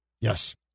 Yes